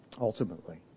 ultimately